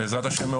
בעזרת השם,